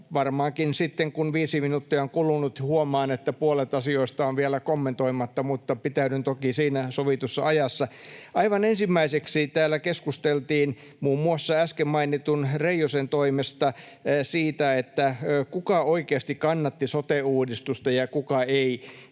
Varmaankin sitten, kun viisi minuuttia on kulunut, huomaan, että puolet asioista on vielä kommentoimatta, mutta pitäydyn toki siinä sovitussa ajassa. Aivan ensimmäiseksi täällä keskusteltiin muun muassa äsken mainitun Reijosen toimesta siitä, kuka oikeasti kannatti sote-uudistusta ja kuka ei.